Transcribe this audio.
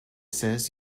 says